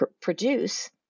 produce